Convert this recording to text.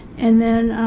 and then